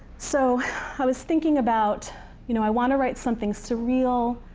so i was thinking about you know i want to write something surreal.